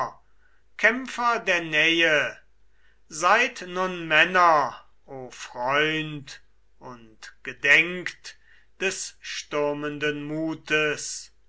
kämpfer der nähe seid nun männer o freund und gedenkt des stürmenden mutes